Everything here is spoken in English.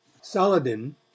saladin